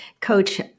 coach